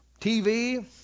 TV